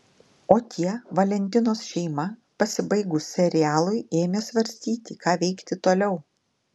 o tie valentinos šeima pasibaigus serialui ėmė svarstyti ką veikti toliau